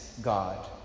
God